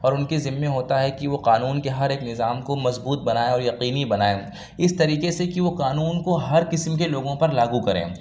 اور اُن کے ذمّے ہوتا ہے کہ وہ قانون کے ہر ایک نظام کو مضبوط بنائیں اور یقینی بنائیں اِس طریقے سے کہ وہ قانون کو ہر قسم کے لوگوں پر لاگو کریں